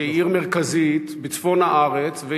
שהיא עיר מרכזית בצפון הארץ,